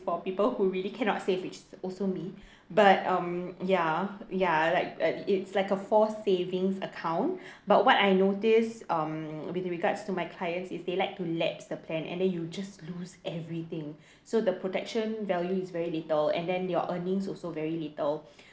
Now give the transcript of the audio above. for people who really cannot save which also me but um ya ya like uh it's like a forced savings account but what I notice um with regards to my clients is they like to lapse the plan and then you just lose everything so the protection value is very little and then your earnings also very little